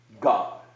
God